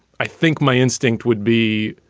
i think my instinct would be,